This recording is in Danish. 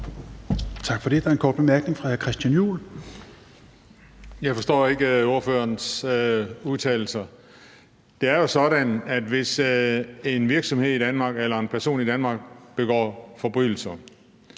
Jeg forstår ikke ordførerens udtalelser. Det er jo sådan, at hvis en virksomhed eller en person i Danmark begår forbrydelser,